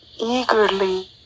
eagerly